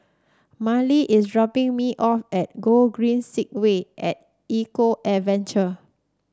Marely is dropping me off at Gogreen Segway at Eco Adventure